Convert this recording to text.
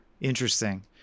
Interesting